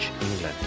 England